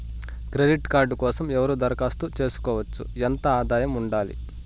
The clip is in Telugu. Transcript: క్రెడిట్ కార్డు కోసం ఎవరు దరఖాస్తు చేసుకోవచ్చు? ఎంత ఆదాయం ఉండాలి?